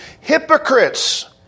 hypocrites